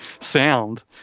sound